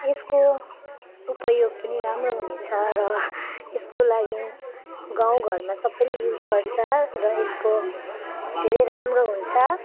यसको उपयोग पनि राम्रो हुनेछ र यसको लागि गाउँघरमा सबैले युज गर्छ र यसको के अरे राम्रो हुन्छ